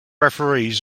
referees